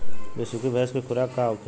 बिसुखी भैंस के खुराक का होखे?